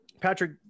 patrick